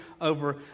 over